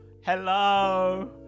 Hello